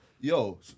Yo